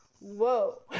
whoa